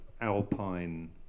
alpine